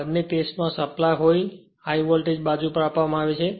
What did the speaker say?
બંને ટેસ્ટ માં supply high voltage બાજુ આપવામાં આવે છે